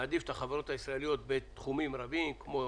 העדפת החברות הישראליות בתחומים רבים, כמו: